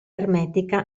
ermetica